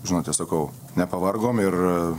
žinote sakau nepavargom ir